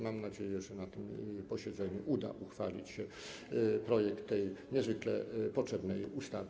Mam nadzieję, że na tym posiedzeniu uda się uchwalić projekt tej niezwykle potrzebnej ustawy.